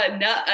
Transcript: No